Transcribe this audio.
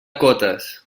cotes